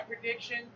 prediction